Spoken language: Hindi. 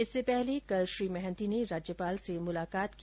इससे पहले कल श्री महान्ती ने राज्यपाल से मुलाकात की